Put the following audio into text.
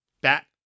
bat